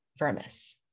vermis